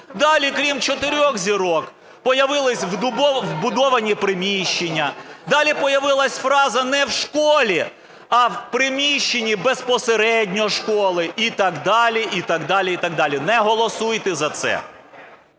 далі крім "чотирьох зірок" появилися "вбудовані приміщення". Далі появилася фраза: не "в школі", а "в приміщенні безпосередньо школи" і так далі, і так далі, і так далі. Не голосуйте за це.